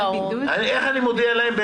איך אני מודיע להם?